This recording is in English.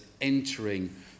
entering